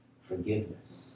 forgiveness